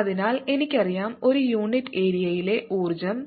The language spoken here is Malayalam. അതിനാൽ എനിക്കറിയാം ഒരു യൂണിറ്റ് ഏരിയയിലെ ഊർജ്ജം